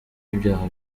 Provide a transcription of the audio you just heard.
ibyaha